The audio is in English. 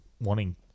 wanting